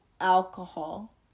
alcohol